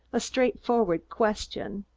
a straightforward question.